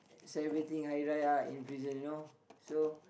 celebrating Hari-Raya in prison you know so